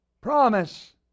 promise